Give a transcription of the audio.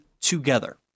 together